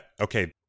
okay